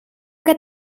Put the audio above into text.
que